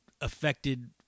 affected